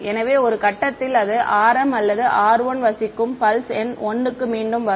எனவே ஒரு கட்டத்தில் அது r m அல்லது r 1 வசிக்கும் பல்ஸ் எண் 1 க்கு மீண்டும் வரும்